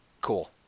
Cool